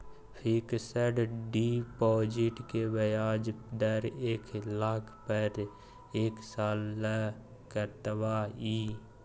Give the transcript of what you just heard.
Fixed deposit के ब्याज दर एक लाख पर एक साल ल कतबा इ?